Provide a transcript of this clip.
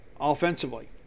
offensively